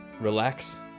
relax